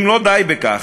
אז מה קרה לכם,